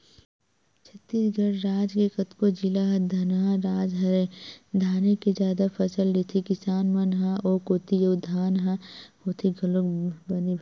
छत्तीसगढ़ राज के कतको जिला ह धनहा राज हरय धाने के जादा फसल लेथे किसान मन ह ओ कोती अउ धान ह होथे घलोक बने भई